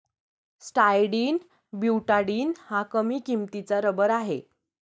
styrene butadiene हा कमी किंमतीचा रबर आहे